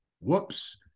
whoops